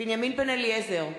בנימין בן-אליעזר,